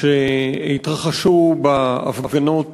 שהתרחשו בהפגנות